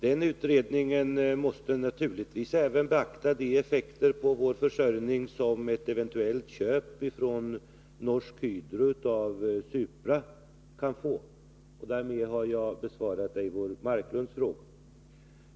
Den utredningen måste naturligtvis även beakta de effekter på vår försörjning som ett eventuellt köp av Norsk Hydro när det gäller Supra kan få. Därmed har jag besvarat Eivor Marklunds fråga.